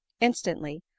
instantly